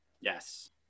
Yes